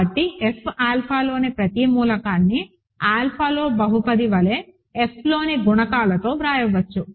కాబట్టి F ఆల్ఫాలోని ప్రతి మూలకాన్ని ఆల్ఫాలో బహుపది వలె Fలోని గుణకాలతో వ్రాయవచ్చు